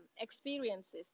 experiences